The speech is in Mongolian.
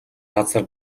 газар